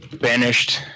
Banished